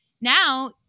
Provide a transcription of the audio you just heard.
Now